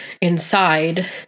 inside